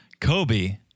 Kobe